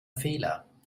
fehler